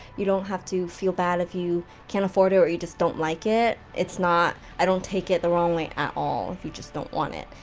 you don't have to feel bad if you can't afford it, or you just don't like it, it's not. i don't take it the wrong way, at all, if you just don't want it.